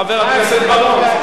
חבר הכנסת בר-און.